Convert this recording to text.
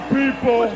people